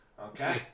Okay